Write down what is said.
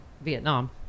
Vietnam